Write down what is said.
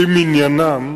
לפי מניינם,